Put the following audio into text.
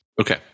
Okay